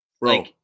Bro